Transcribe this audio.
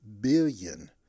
billion